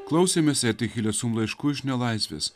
klausėmės eti hilesum laiškų iš nelaisvės